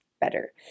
better